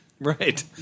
Right